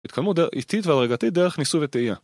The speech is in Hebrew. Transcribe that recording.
התקדמות איטית והדרגתית דרך ניסוי וטעייה